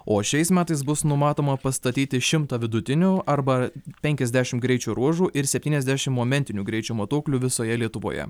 o šiais metais bus numatoma pastatyti šimtą vidutinių arba penkiasdešim greičio ruožų ir septyniasdešim momentinių greičio matuoklių visoje lietuvoje